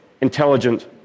intelligent